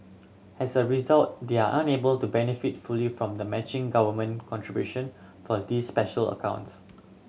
as a result they are unable to benefit fully from the matching government contribution for these special accounts